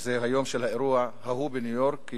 שזה היום של האירוע ההוא בניו-יורק,